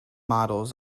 models